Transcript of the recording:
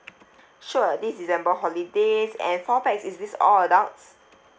sure this december holidays and four pax is this all adults